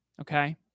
Okay